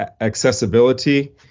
accessibility